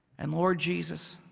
and lord jesus,